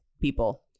people